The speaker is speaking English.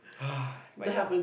but ya